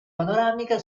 panoramica